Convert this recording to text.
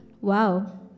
Wow